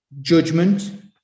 judgment